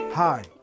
Hi